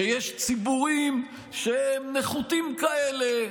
שיש ציבורים שהם נחותים כאלה,